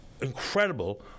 incredible